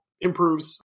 improves